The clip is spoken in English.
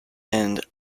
end